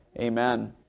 Amen